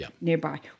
nearby